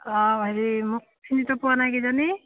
অঁ হেৰি মোক চিনিতো পোৱা নাই কিজানি